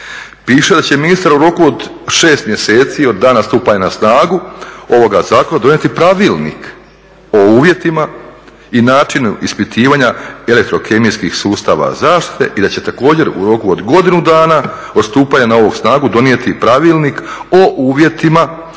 piše da će ministar u roku od 6 mjeseci od dana stupanja na snagu ovoga Zakona donijeti pravilnik o uvjetima i načinu ispitivanja elektrokemijskih sustava zaštite i da će također u roku od godinu dana od stupanja na snagu donijeti pravilnik o uvjetima